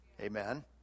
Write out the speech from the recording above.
Amen